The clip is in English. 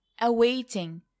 awaiting